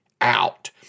out